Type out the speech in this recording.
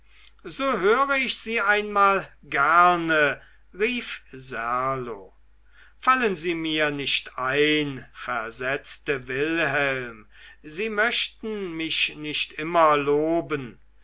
so höre ich sie einmal gerne rief serlo fallen sie mir nicht ein versetzte wilhelm sie möchten mich nicht immer loben